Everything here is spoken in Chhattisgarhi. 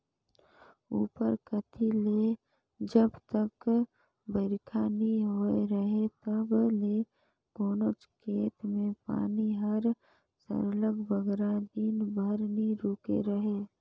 उपर कती ले जब तक बरिखा नी होए रहें तब ले कोनोच खेत में पानी हर सरलग बगरा दिन बर नी रूके रहे